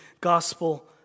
gospel